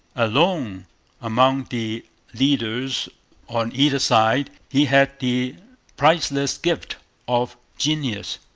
alone among the leaders on either side, he had the priceless gift of genius.